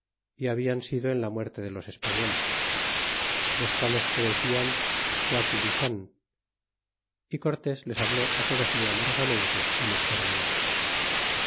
y hablan sido en la muerte de los españoles los quales se decian guatinchan y cortés les habló todos muy amorosamente y les perdonó